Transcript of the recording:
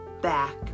back